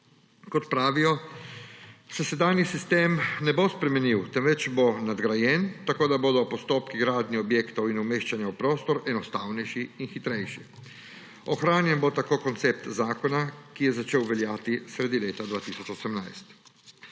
Kot pravijo, se sedanji sistem ne bo spremenil, temveč bo nadgrajen, tako da bodo postopki gradnje objektov in umeščanja v prostor enostavnejši in hitrejši. Ohranjen bo koncept zakona, ki je začel veljati sredi leta 2018.